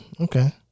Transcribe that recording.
Okay